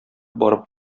барып